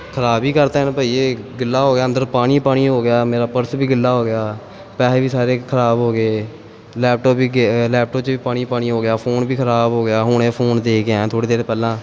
ਖ਼ਰਾਬ ਹੀ ਕਰਤਾ ਇਹਨੇ ਭਾਅ ਜੀ ਇਹ ਗਿੱਲਾ ਹੋ ਗਿਆ ਅੰਦਰ ਪਾਣੀ ਪਾਣੀ ਹੋ ਗਿਆ ਮੇਰਾ ਪਰਸ ਵੀ ਗਿੱਲਾ ਹੋ ਗਿਆ ਪੈਸੇ ਵੀ ਸਾਰੇ ਖ਼ਰਾਬ ਹੋ ਗਏ ਲੈਪਟੋਪ ਵੀ ਗ ਲੈਪਟੋਪ 'ਚ ਵੀ ਪਾਣੀ ਪਾਣੀ ਹੋ ਗਿਆ ਫੋਨ ਵੀ ਖ਼ਰਾਬ ਹੋ ਗਿਆ ਹੁਣੇ ਫੋਨ ਦੇ ਕੇ ਆਇਆ ਥੋੜ੍ਹੀ ਦੇਰ ਪਹਿਲਾਂ